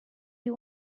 you